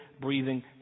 breathing